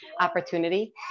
opportunity